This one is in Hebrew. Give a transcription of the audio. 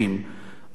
אנחנו אחים,